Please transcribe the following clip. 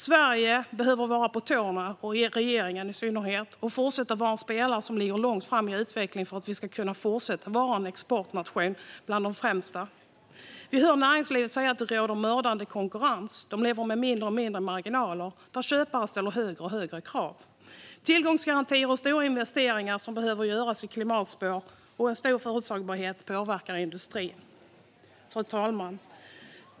Sverige, i synnerhet regeringen, behöver vara på tårna och fortsätta vara en spelare som ligger långt fram i utvecklingen och en av de främsta exportnationerna. Näringslivet säger att det råder mördande konkurrens. De lever på allt mindre marginaler då köpare ställer allt högre krav. Tillgångsgarantier och stora investeringar behöver göras med tanke på klimatspåret, och stor oförutsägbarhet påverkar industrin. Fru talman!